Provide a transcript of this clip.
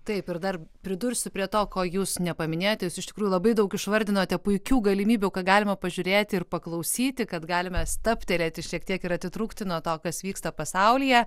taip ir dar pridursiu prie to ko jūs nepaminėjote jūs iš tikrųjų labai daug išvardinote puikių galimybių ką galima pažiūrėti ir paklausyti kad galime stabtelėti šiek tiek ir atitrūkti nuo to kas vyksta pasaulyje